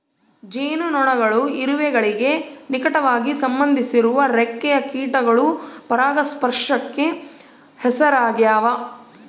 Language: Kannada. ಜೇನುನೊಣಗಳು ಇರುವೆಗಳಿಗೆ ನಿಕಟವಾಗಿ ಸಂಬಂಧಿಸಿರುವ ರೆಕ್ಕೆಯ ಕೀಟಗಳು ಪರಾಗಸ್ಪರ್ಶಕ್ಕೆ ಹೆಸರಾಗ್ಯಾವ